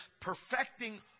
perfecting